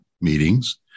meetings